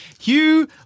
Hugh